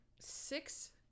six